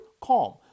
CALM